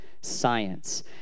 science